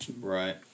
Right